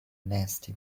nasty